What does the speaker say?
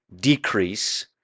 decrease